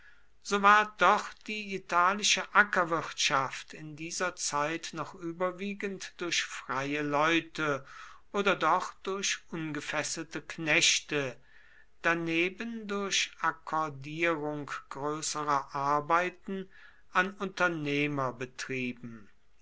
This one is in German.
so ward doch die italische ackerwirtschaft in dieser zeit noch überwiegend durch freie leute oder doch durch ungefesselte knechte daneben durch akkordierung größerer arbeiten an unternehmer betrieben